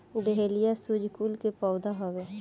dahlia सूर्यकुल के पौधा हवे